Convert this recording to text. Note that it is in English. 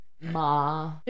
Ma